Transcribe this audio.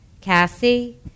Cassie